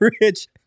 Rich